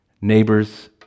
neighbors